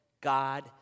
God